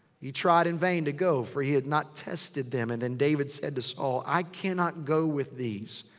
he tried in vain to go, for he had not tested them. and then david said to saul, i cannot go with these,